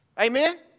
Amen